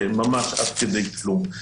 ממש עד כדי כלום.